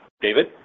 David